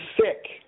sick